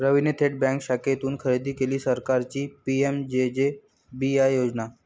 रवीने थेट बँक शाखेतून खरेदी केली सरकारची पी.एम.जे.जे.बी.वाय योजना